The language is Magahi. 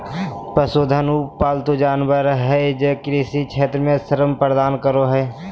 पशुधन उ पालतू जानवर हइ जे कृषि क्षेत्र में श्रम प्रदान करो हइ